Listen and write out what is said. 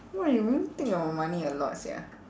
!wah! you really think of money a lot sia